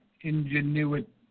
ingenuity